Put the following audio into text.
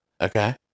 Okay